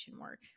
work